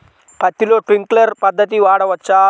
పత్తిలో ట్వింక్లర్ పద్ధతి వాడవచ్చా?